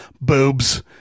boobs